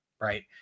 Right